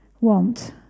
want